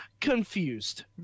confused